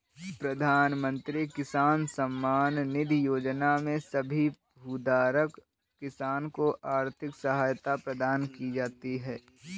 प्रधानमंत्री किसान सम्मान निधि योजना में सभी भूधारक किसान को आर्थिक सहायता प्रदान की जाती है